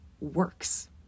works